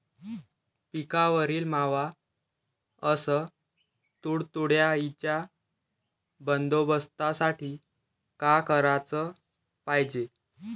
पिकावरील मावा अस तुडतुड्याइच्या बंदोबस्तासाठी का कराच पायजे?